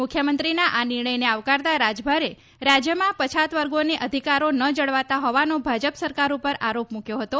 મુખ્યમંત્રીના આ નિર્ણયને આવકારતાં રાજભારે રાજયમાં પછાતવર્ગોના અધિકારી ન જળવાતા હોવાનો ભાજપ સરકાર ઉપર આરોપ મૂક્યો હતો